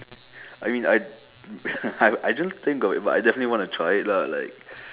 I mean I I I don't think of it but I definitely want to try it lah like